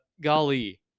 golly